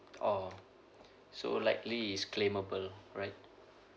oh so likely is claimable right